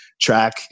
track